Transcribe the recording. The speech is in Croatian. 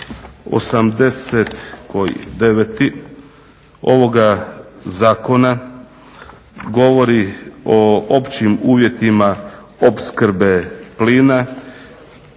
89.ovoga zakona govori o općim uvjetima opskrbe plina